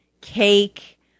cake